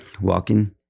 walking